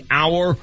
hour